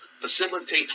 facilitate